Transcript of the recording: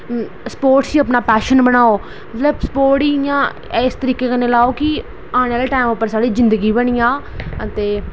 sports गी अपना passion बनाओ मतलब स्पोर्टस गी मतलब इस तरीके कन्नै लैओ की आने आह्ले टैम पर साढ़ी जिंदगी बनी जा ते